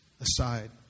aside